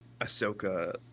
Ahsoka